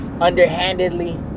underhandedly